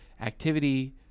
activity